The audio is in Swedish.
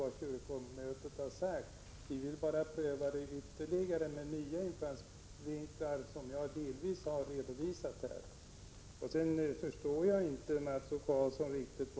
Vi vill bara pröva förslaget ytterligare med de nya infallsvinklar som jag delvis har redovisat här. Jag förstår inte Mats O Karlsson riktigt.